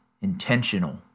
intentional